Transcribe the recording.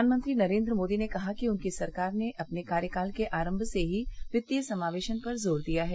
प्रधानमंत्री नरेन्द्र मोदी ने कहा कि उनकी सरकार ने अपने कार्यकाल के आरम्म से ही वित्तीय समावेशन पर जोर दिया है